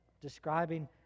describing